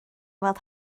weld